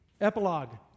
Epilogue